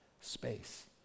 space